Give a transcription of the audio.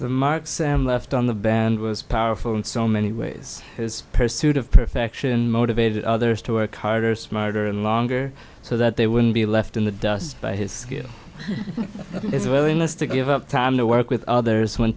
the marks and left on the band was powerful in so many ways his pursuit of perfection motivated others to work harder smarter and longer so that they wouldn't be left in the dust by his skill is wearing this to give up time to work with others